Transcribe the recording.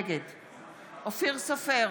נגד אופיר סופר,